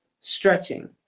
stretching